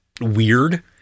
weird